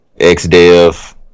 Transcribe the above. Xdev